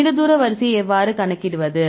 நீண்ட தூர வரிசையை எவ்வாறு கணக்கிடுவது